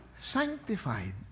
sanctified